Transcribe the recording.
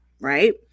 right